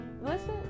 listen